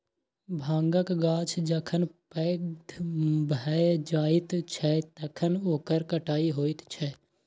भाँगक गाछ जखन पैघ भए जाइत छै तखन ओकर कटाई होइत छै